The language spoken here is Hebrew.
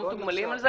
הם לא מתוגמלים על זה.